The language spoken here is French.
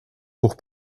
pour